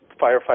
firefighter